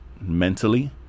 mentally